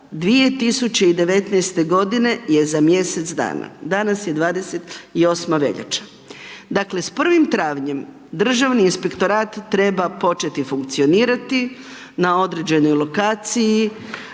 2019. g. je za mjesec dana. Danas je 28. veljača. Dakle s prvim 1. travnjem Državni inspektorat treba početi funkcionirati na određenoj lokaciji,